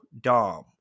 Dom